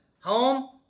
home